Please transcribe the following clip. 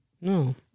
No